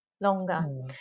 longer